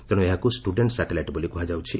ତେଣୁ ଏହାକୁ student satellite ବୋଲି କୁହାଯାଉଛି